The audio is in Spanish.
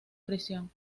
prisión